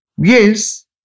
Yes